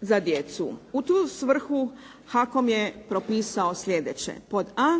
za djecu. U tu svrhu HAKOM je propisao sljedeće. Pod a,